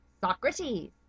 Socrates